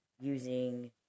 using